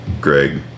Greg